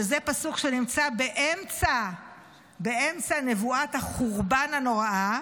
שזה פסוק שנמצא באמצע נבואת החורבן הנוראה,